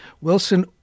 Wilson